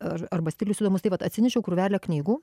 ar arba stilius įdomus tai vat atsinešiau krūvelę knygų